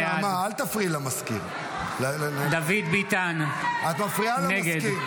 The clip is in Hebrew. בעד דוד ביטן, נגד